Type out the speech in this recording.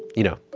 you know,